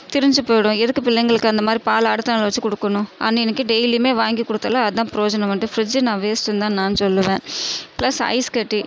திரிஞ்சு போயிடும் எதுக்கு பிள்ளைகளுக்கு அந்த மாதிரி பால் அடுத்த நாள் வச்சு கொடுக்கணும் அன்னன்னிக்கு டெய்லியுமே வாங்கி கொடுத்தாலும் அதுதான் ப்ரோஜனம் வந்துட்டு ஃபிரிட்ஜ் நான் வேஸ்ட்டுனு தான் நான் சொல்லுவேன் ப்ளஸ் ஐஸ் கட்டி